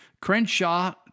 Crenshaw